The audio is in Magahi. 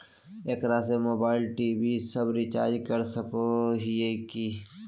एकरा से मोबाइल टी.वी सब रिचार्ज कर सको हियै की?